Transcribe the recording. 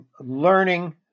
learning